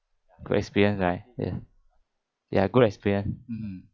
good experience right ya ya good experience mm mm